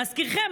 להזכירכם,